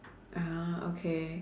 (uh huh) okay